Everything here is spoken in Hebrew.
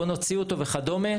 בואו נוציא אותו וכדומה.